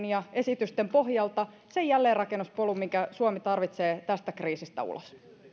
ja esitysten pohjalta sen jälleenrakennuspolun minkä suomi tarvitsee tästä kriisistä ulos